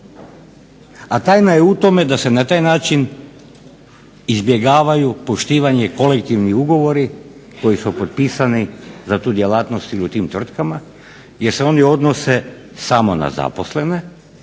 a tajna je u tome da se na taj način izbjegavaju poštivanje kolektivni ugovori koji su potpisani za tu djelatnost ili u tim tvrtkama jer se oni odnose samo na zaposlene